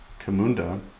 Camunda